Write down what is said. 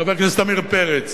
חבר הכנסת עמיר פרץ.